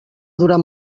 durar